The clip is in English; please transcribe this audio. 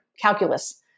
calculus